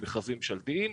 במכרזים ממשלתיים,